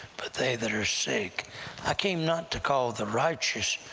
but they that are sick i came not to call the righteous,